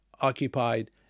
occupied